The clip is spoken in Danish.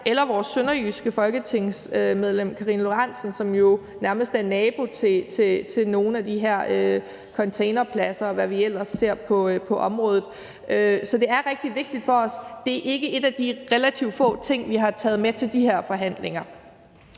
for vores sønderjyske folketingsmedlem, Karina Lorentzen Dehnhardt, som jo nærmest er nabo til nogle af de her containerpladser, og hvad vi ellers ser på området. Så det er rigtig vigtigt for os. Det er ikke en af de relativt få ting, vi har taget med til de her forhandlinger.